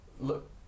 Look